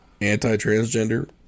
anti-transgender